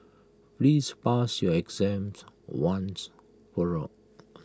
please pass your exams once for all